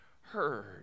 heard